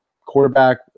quarterback